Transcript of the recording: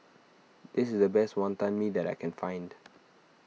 this is the best Wonton Mee that I can find